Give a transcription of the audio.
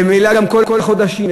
וממילא גם כל החודשים,